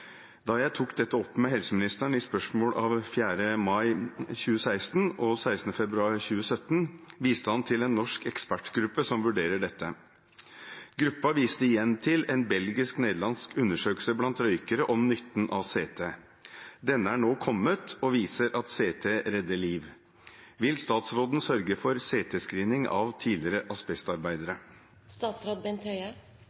Da jeg tok dette opp med helseministeren i spørsmål av 25. mai 2016 og 22. februar 2017, viste han til en norsk ekspertgruppe som vurderer dette. Gruppa viste igjen til en belgisk-nederlandsk undersøkelse blant røykere om nytten av CT. Denne er nå kommet og viser at CT redder liv. Vil statsråden sørge for CT-screening av tidligere